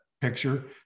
picture